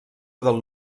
del